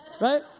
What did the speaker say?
right